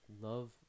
love